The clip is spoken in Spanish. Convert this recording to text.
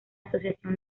asociación